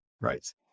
right